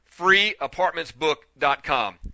freeapartmentsbook.com